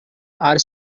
are